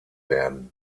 werden